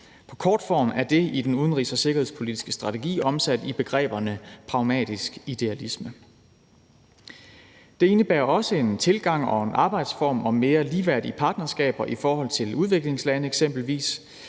I kortform er det i den udenrigs- og sikkerhedspolitiske strategi omsat i begrebet pragmatisk idealisme. Det indebærer også en tilgang og en arbejdsform med mere ligeværdige partnerskaber i forhold til udviklingslande eksempelvis,